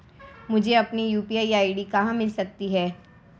मुझे अपनी UPI ID कहां मिल सकती है?